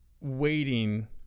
waiting